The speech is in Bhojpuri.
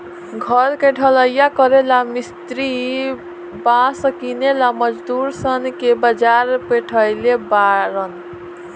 घर के ढलइया करेला ला मिस्त्री बास किनेला मजदूर सन के बाजार पेठइले बारन